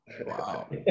Wow